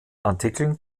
artikeln